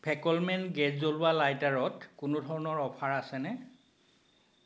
ফেকলমেন gas জ্বলোৱা লাইটাৰত কোনো ধৰণৰ অফাৰ আছেনে